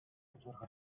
хажуугаар